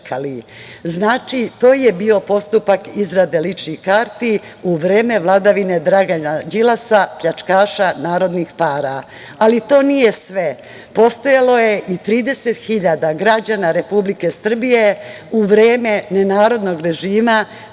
Znači, to je bio postupak izrade ličnih karata u vreme vladavine Dragana Đilasa, pljačkaša narodnih para. Ali to nije sve, postojalo je i 30.000 građana Republike Srbije u vreme nenarodnog režima